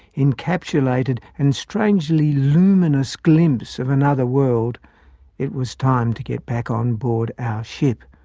encapsulated and strangely luminous glimpse of another world it was time to get back on board our ship.